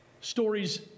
Stories